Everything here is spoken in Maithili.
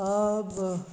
आब हम